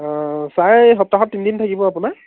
অঁ অঁ ছাৰ এই সপ্তাহত তিনিদিন থাকিব আপোনাৰ